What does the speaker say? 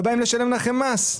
לא באים לשלם לכם מס.